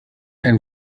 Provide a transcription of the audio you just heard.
ein